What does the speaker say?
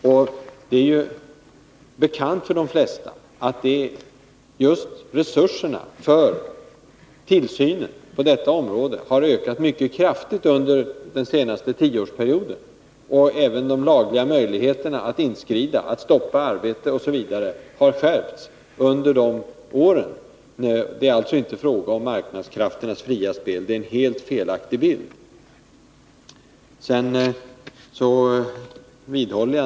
För de flesta är det bekant att resurserna för tillsynen på detta område har ökat mycket kraftigt under den senaste tioårsperioden. Även de lagliga möjligheterna att stoppa arbete m.m. har förbättrats under den perioden. Det är alltså inte fråga om marknadskrafternas fria spel — detta är en helt felaktig bild.